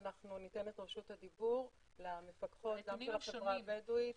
וניתן את רשות הדיבור למפקחות גם של חברה הבדואית.